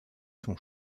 son